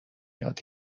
یاد